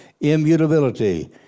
immutability